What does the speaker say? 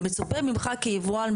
ומצופה ממך כיבואן,